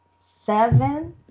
seven